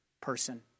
person